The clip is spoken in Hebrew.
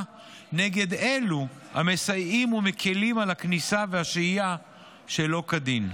נגד אלו המסייעים ומקילים על הכניסה והשהיה שלא כדין.